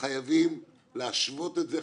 חייבים להשוות את זה,